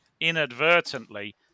inadvertently